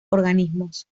organismos